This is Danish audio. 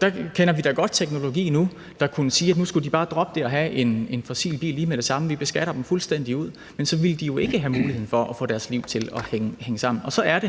der kender vi godt til teknologi nu, hvor vi kunne sige, at de bare skulle droppe det at have en fossil bil lige med det samme, og at vi beskatter dem fuldstændig ud. Men så ville de jo ikke have muligheden for at få deres liv til at hænge sammen, og så er det,